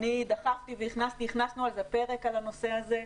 אני דחפתי, הכנסנו פרק על הנושא הזה.